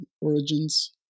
origins